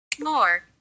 more